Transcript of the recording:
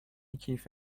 کیف